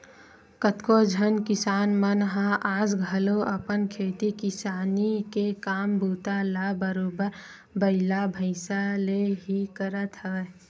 कतको झन किसान मन ह आज घलो अपन खेती किसानी के काम बूता ल बरोबर बइला भइसा ले ही करत हवय